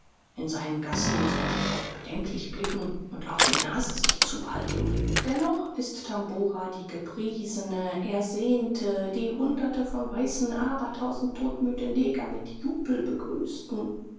in seinen gassen muß man oft bedenklich blicken und auch die nase sich zuhalten dennoch ist tabora die gepriesene ersehnte die hunderte von weißen abertausende todmüde neger mit jubel begrüßten